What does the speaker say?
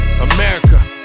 America